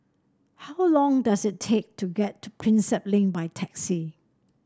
how long does it take to get to Prinsep Link by taxi